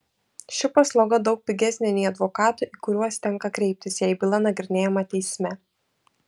ši paslauga daug pigesnė nei advokatų į kuriuos tenka kreiptis jei byla nagrinėjama teisme